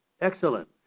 excellent